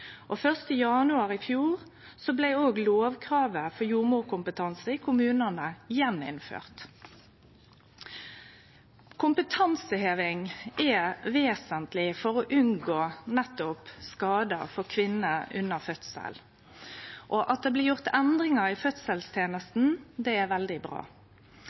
januar i fjor blei òg lovkravet for jordmorkompetanse i kommunane innført igjen. Kompetanseheving er vesentleg for å unngå nettopp skadar for kvinner under fødsel, og at det blir gjort endringar i fødselstenesta, er veldig bra.